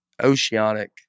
oceanic